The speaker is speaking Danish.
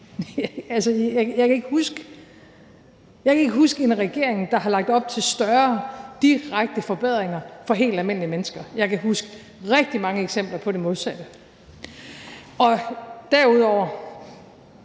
Jeg kan ikke huske en regering, der har lagt op til større direkte forbedringer for helt almindelige mennesker. Jeg kan huske rigtig mange eksempler på det modsatte. Derudover